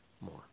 more